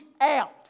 out